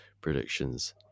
predictions